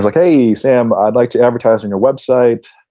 like hey, sam i'd like to advertise on your website.